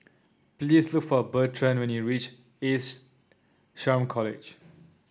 please look for Bertrand when you reach Ace SHRM College